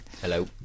Hello